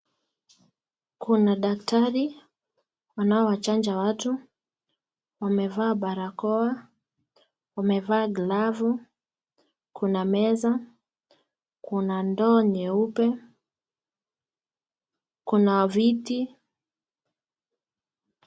Kuna daktari anbao wanachanja watu wanevaa barakoa, wamevaa glavu, kuna meza, kuna ndoo nyeupe, kuna viti.